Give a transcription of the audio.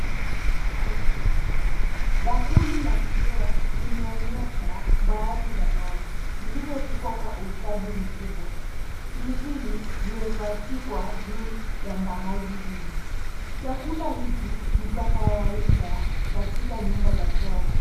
Bakuli la kioo limeonyesha mbaazi za nazi zilizopikwa kwa ustadi mkubwa. Pilipili zimepachikwa juu ya mbaazi hizi. Chakula hiki ni cha kawaida katika nyumba za pwani.